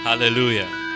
Hallelujah